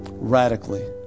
radically